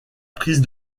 prise